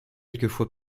quelquefois